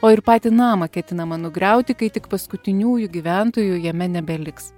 o ir patį namą ketinama nugriauti kai tik paskutiniųjų gyventojų jame nebeliks